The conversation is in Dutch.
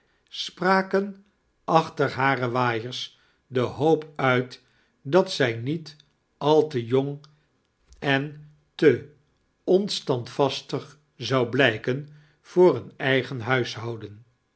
spraken achter hare waaiers de hoop uit dat zij niet al te jong en te onstandvastig zou blijken voor een eigen huishoudea